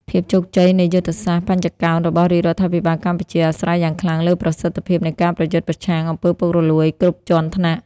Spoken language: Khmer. ភាពជោគជ័យនៃយុទ្ធសាស្ត្របញ្ចកោណរបស់រាជរដ្ឋាភិបាលកម្ពុជា អាស្រ័យយ៉ាងខ្លាំងលើប្រសិទ្ធភាពនៃការប្រយុទ្ធប្រឆាំង អំពើពុករលួយ គ្រប់ជាន់ថ្នាក់។